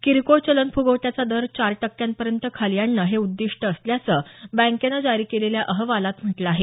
किरकोळ चलनफ्गवट्याचा दर चार टक्क्यांपर्यंत खाली आणणं हे उद्दिष्ट असल्याचं बँकेनं जारी केलेल्या अहवालात म्हटलं आहे